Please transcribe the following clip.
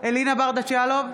אלינה ברדץ' יאלוב,